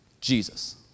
Jesus